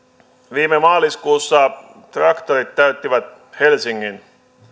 viime maaliskuussa traktorit täyttivät helsingin